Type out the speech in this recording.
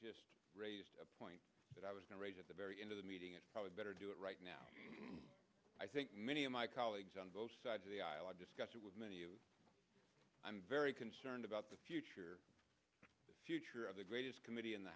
just raised a point that i was raised at the very end of the meeting and probably better do it right now i think many of my colleagues on both sides of the aisle are disgusted with many i'm very concerned about the future future of the greatest committee in the